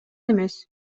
эмес